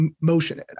motion